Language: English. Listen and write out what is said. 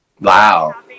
wow